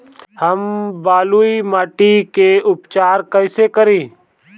हम बलुइ माटी के उपचार कईसे करि?